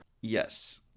Yes